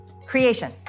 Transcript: Creation